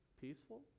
peaceful